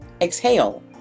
exhale